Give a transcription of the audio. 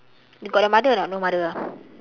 you got the mother or not no mother ah